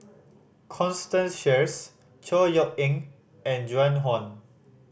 Constance Sheares Chor Yeok Eng and Joan Hon